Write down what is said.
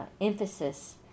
emphasis